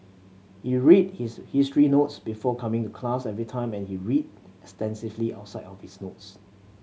he read his history notes before coming to class every time and he read extensively outside of his notes